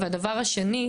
שנית,